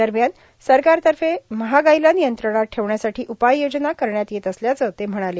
दरम्यान सरकारतर्फे महागाईला नियंत्रणात ठेवण्यासाठी उपाययोजना करण्यात येत असल्याचं ते म्हणाले